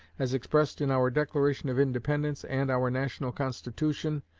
as expressed in our declaration of independence and our national constitution,